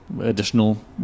additional